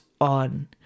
on